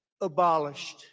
abolished